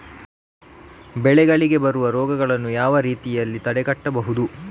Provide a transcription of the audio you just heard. ಬೆಳೆಗಳಿಗೆ ಬರುವ ರೋಗಗಳನ್ನು ಯಾವ ರೀತಿಯಲ್ಲಿ ತಡೆಗಟ್ಟಬಹುದು?